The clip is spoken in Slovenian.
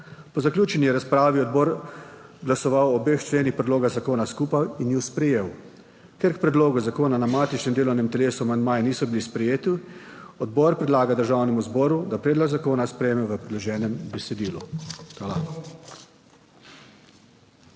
Po zaključeni razpravi je odbor glasoval o obeh členih predloga zakona skupaj in ju sprejel. Ker k predlogu zakona na matičnem delovnem telesu amandmaji niso bili sprejeti, odbor predlaga Državnemu zboru, da predlog zakona sprejme v predloženem besedilu.